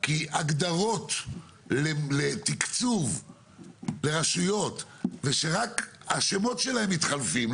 כי הגדרות לתקצוב לרשויות ושרק השמות שלהן מתחלפים,